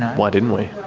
why didn't we?